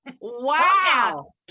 Wow